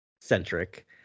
centric